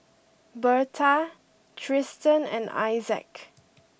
Berta Tristen and Issac